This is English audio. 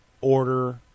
order